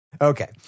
Okay